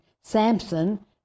Samson